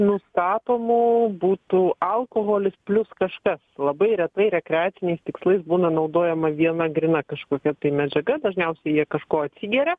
nustatomų būtų alkoholis plius kažkas labai retai rekreaciniais tikslais būna naudojama viena gryna kažkokia medžiaga dažniausiai jie kažko atsigeria